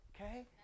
okay